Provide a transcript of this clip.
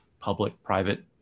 public-private